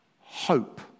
hope